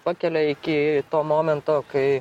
pakelia iki to momento kai